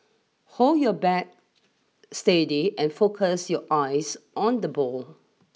hold your bat steady and focus your eyes on the ball